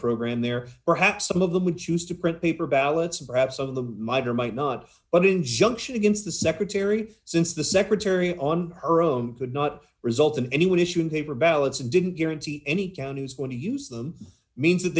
program there perhaps some of them would choose to print paper ballots perhaps some of them might or might not but injunction against the secretary since the secretary on her own could not result in anyone issuing paper ballots and didn't guarantee any county was going to use them means that